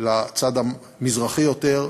לצד המזרחי יותר,